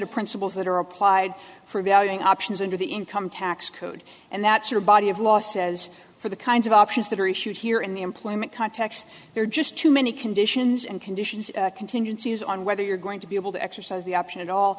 of principles that are applied for valuing options under the income tax code and that's your body of law says for the kinds of options that are issued here in the employment context there are just too many conditions and conditions contingencies on whether you're going to be able to exercise the option at all